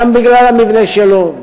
גם בגלל המבנה שלו,